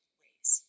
ways